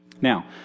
Now